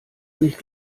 nicht